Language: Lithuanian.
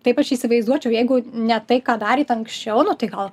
taip aš įsivaizduočiau jeigu ne tai ką darėt anksčiau nu tai gal